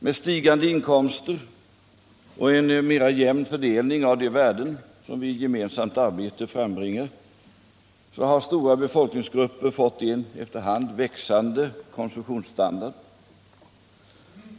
Med stigande inkomster och en mera jämn fördelning av de värden som vi i gemensamt arbete frambringar har stora befolkningsgrupper fått en efter hand växande konsumtionsstandard.